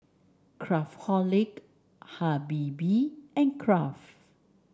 Craftholic Habibie and Kraft